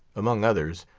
among others,